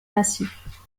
massifs